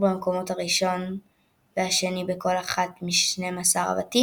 כדורגלן העבר מרקו ואן באסטן הציע למנוע את